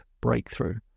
breakthrough